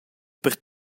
per